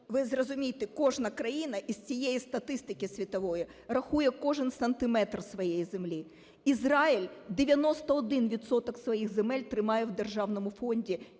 Ви зрозумійте, кожна країна із цієї статистики світової рахує кожен сантиметр своєї землі. Ізраїль 91 відсоток своїх земель тримає в державному фонді